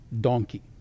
donkey